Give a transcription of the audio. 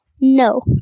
No